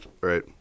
Right